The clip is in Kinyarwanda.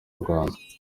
rwanda